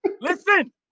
listen